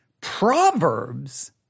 Proverbs